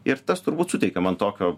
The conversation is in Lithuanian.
ir tas turbūt suteikia man tokio